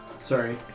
Sorry